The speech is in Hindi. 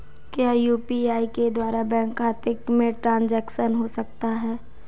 क्या यू.पी.आई के द्वारा बैंक खाते में ट्रैन्ज़ैक्शन हो सकता है?